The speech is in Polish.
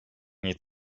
nie